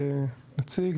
נציג,